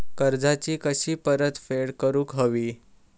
कर्जाची कशी परतफेड करूक हवी?